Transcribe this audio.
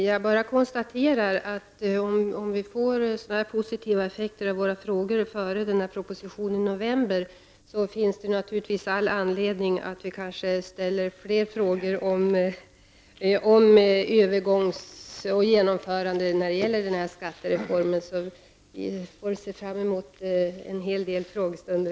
Herr talman! Om våra frågor får så här positiva effekter inför den proposition som skall framläggas i november, finns det naturligtvis all anledning att ställa fler frågor angående genomförandet av reformen. Vi kan därför kanske se fram emot en hel del frågestunder.